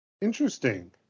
Interesting